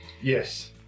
yes